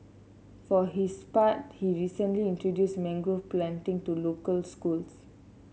for his part he recently introduced mangrove planting to local schools